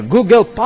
Google